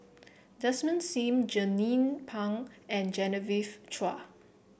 Desmond Sim Jernnine Pang and Genevieve Chua